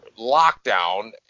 lockdown